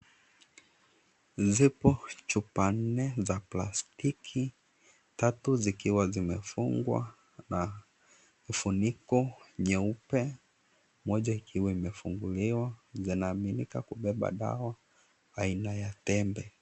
Zipo chupa nne za plastiki; tatu zikiwa zimefungwa na ufuniko nyeupe, na moja ikiwa imefunguliwa. Zinaaminika kubeba dawa aina ya tepe.